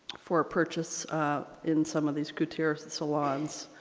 for purchase in some of these coutures and salons.